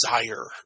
desire